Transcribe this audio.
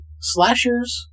slashers